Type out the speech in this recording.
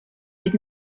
did